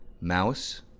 mouse